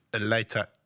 later